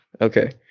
Okay